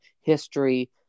history